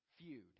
feud